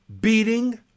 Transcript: beating